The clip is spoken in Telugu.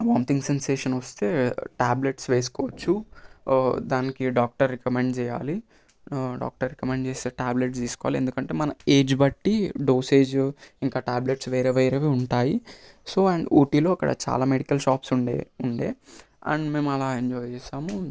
వామిటింగ్ సెన్సేషన్ వస్తే ట్యాబ్లెట్స్ వేసుకోవచ్చు దానికి డాక్టర్ రికమెండ్ చేయాలి డాక్టర్ రికమెండ్ చేసే ట్యాబ్లెట్ తీసుకోవాలి ఎందుకంటే మన ఏజ్ బట్టి డోసేజ్ ఇంకా ట్యాబ్లెట్స్ వేరే వేరేవి ఉంటాయి సో అండ్ ఊటీలో అక్కడ చాలా మెడికల్ షాప్స్ ఉండే ఉండే అండ్ మేము అలా ఎంజాయ్ చేసాము